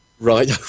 Right